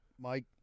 Mike